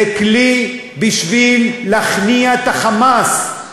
זה כלי בשביל להכניע את ה"חמאס".